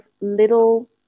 little